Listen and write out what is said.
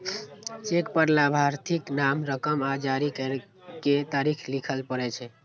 cheque पर लाभार्थीक नाम, रकम आ जारी करै के तारीख लिखय पड़ै छै